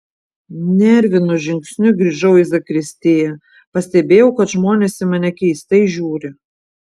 nervinu žingsniu grįžau į zakristiją pastebėjau kad žmonės į mane keistai žiūri